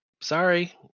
sorry